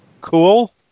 Cool